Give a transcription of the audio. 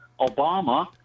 Obama